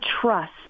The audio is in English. trust